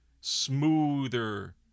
smoother